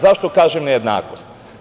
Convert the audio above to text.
Zašto kažem nejednakost?